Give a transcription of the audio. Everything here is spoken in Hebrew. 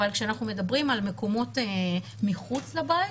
אבל כשאנחנו מדברים על מקומות מחוץ לבית,